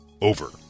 over